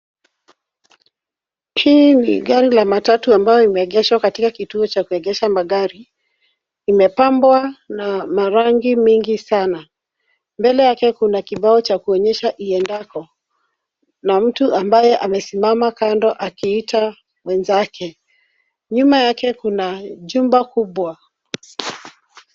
Hii ni gari la matatu ambayo imeegeshwa katika kituo cha kuegesha magari. Imepambwa na rangi mingi sana. Mbele yake kuna kibao cha kuonyesha gari iendapo na mtu ambaye amesimama kando akiita wenzake. Nyuma yake kuna jumba kubwa.